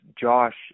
Josh